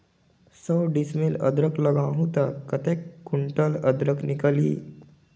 सौ डिसमिल अदरक लगाहूं ता कतेक कुंटल अदरक निकल ही?